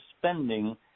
spending